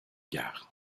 gard